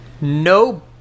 No